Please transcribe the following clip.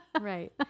Right